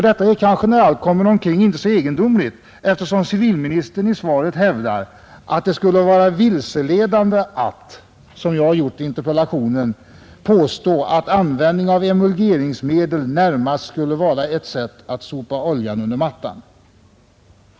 Detta är kanske, när allt kommer omkring, inte så egendomligt, eftersom civilministern i svaret hävdar att det skulle vara vilseledande att som jag har gjort i interpellationen påstå, att användning av emulgeringsmedel närmast skulle vara ett sätt att ”sopa oljan under mattan”.